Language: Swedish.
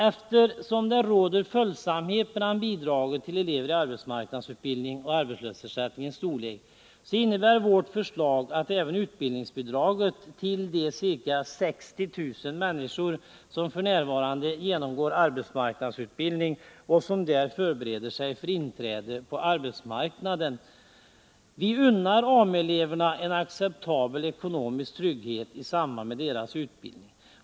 Eftersom det råder följsamhet mellan bidraget till elever i arbetsmarknadsutbildning och arbetslöshetsersättningens storlek, innebär vårt förslag även att utbildningsbidraget höjs för de ca 60 000 människor som Nr 111 f.n. genomgår AMU-utbildning och som där förbereder sig för inträde på ; 27 mars 1980 Vi unnar AMU-eleverna en acceptabel ekonomisk trygghet i samband med deras utbildning.